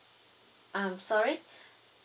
um sorry